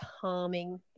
calming